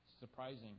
surprising